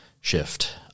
shift